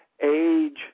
age